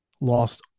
lost